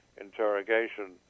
interrogation